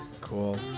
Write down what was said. Cool